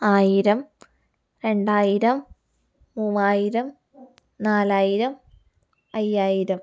ആയിരം രണ്ടായിരം മൂവായിരം നാലായിരം അയ്യായിരം